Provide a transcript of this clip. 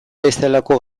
bezalako